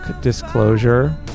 Disclosure